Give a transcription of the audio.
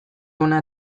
ona